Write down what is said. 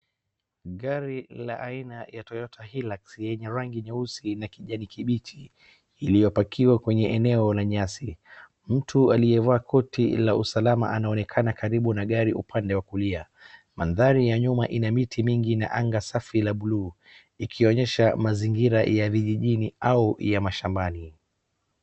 Gari la aina ya toyota hilux, yenye rangi nyeusi na kijani kibichi, iliyoparkiwa kwenye eneo la nyasi. Mtu aliyevaa koti la usalama anaonekana karibu na gari upande wa kulia. Mandhari ya nyuma ina miti mingi na anga safi la buluu ikionyesha mazingira ya vijijini au ya mashambani.